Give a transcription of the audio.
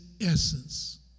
essence